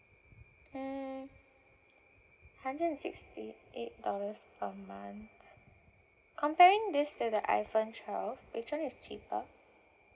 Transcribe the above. mm hundred and sixty eight dollars per month comparing this to the iphone twelve which [one] is cheaper